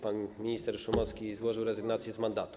Pan minister Szumowski złożył rezygnację z mandatu.